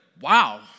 wow